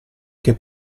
che